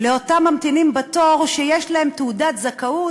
לאותם ממתינים בתור שיש להם תעודת זכאות,